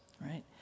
right